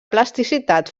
plasticitat